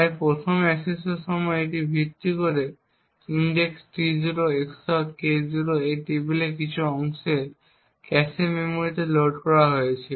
তাই 1ম অ্যাক্সেসের সময় এটির উপর ভিত্তি করে index T0 XOR K0 এই টেবিলের কিছু অংশ ক্যাশে মেমরিতে লোড করা হয়েছে